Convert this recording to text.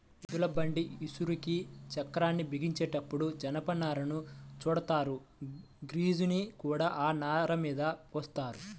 ఎద్దుల బండి ఇరుసుకి చక్రాల్ని బిగించేటప్పుడు జనపనారను చుడతారు, గ్రీజుని కూడా ఆ నారమీద పోత్తారు